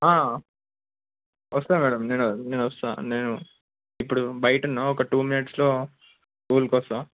వస్తాను మ్యాడమ్ నేను నేను వస్తాను నేను ఇప్పుడు బయట ఉన్న ఒక టూ మినిట్స్లో స్కూల్కి వస్తాను